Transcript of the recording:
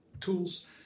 tools